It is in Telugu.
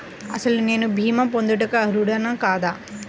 అసలు నేను భీమా పొందుటకు అర్హుడన కాదా?